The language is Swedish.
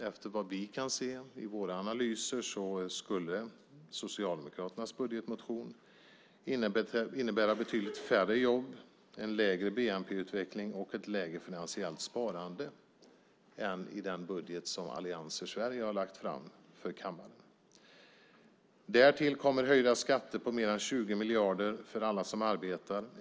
Efter vad vi kan se i våra analyser skulle Socialdemokraternas budgetmotion innebära betydligt färre jobb, en lägre bnp-utveckling och ett lägre finansiellt sparande än med den budget som Allians för Sverige har lagt fram för kammaren. Därtill kommer höjda skatter på mer än 20 miljarder för alla som arbetar.